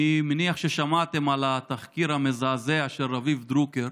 אני מניח ששמעתם על התחקיר המזעזע של רביב דרוקר